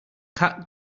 cat